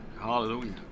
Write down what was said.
Hallelujah